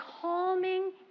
calming